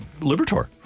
Libertor